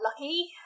lucky